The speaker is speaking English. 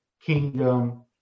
Kingdom